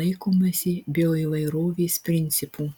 laikomasi bioįvairovės principų